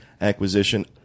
acquisition